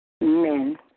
men